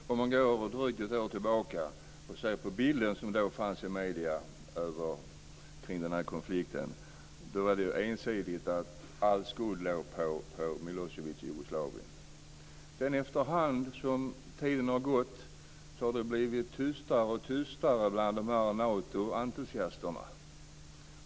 Fru talman! Låt oss gå drygt ett år tillbaka i tiden och se på den bild av den här konflikten som fanns i medierna. Bilden var ensidig - all skuld låg på Milosevic i Jugoslavien. Efterhand som tiden har gått har det blivit allt tystare bland Natoentusiasterna.